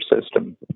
system